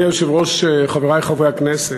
אדוני היושב-ראש, חברי חברי הכנסת,